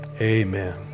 amen